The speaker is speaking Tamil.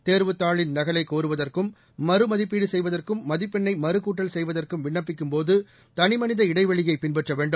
தேர்வுத் தாளின் நகலை கோருவதற்கும் மறுமதிப்பீடு செய்வதற்கும் மதிப்பெண்ணை மறுகூட்டல் செய்வதற்கும் விண்ணப்பிக்கும்போது தனிமனித இடைவெளியை பின்பற்ற வேண்டும்